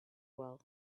well